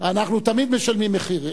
אנחנו תמיד משלמים מחיר.